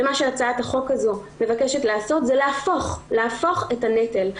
מה שהצעת החוק הזו מבקשת לעשות זה להפוך את הנטל.